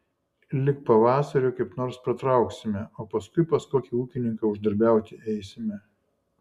lig pavasario kaip nors pratrauksime o paskui pas kokį ūkininką uždarbiauti eisime